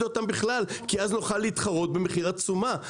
אותן בכלל כי אז נוכל להתחרות במחיר התשומה.